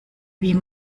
wie